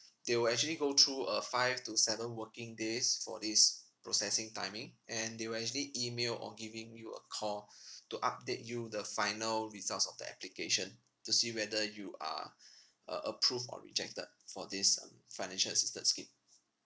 they will actually go through uh five to seven working days for this processing timing and they will actually email or giving you a call to update you the final results of the application to see whether you are a~ approved or rejected for this um financial assistance scheme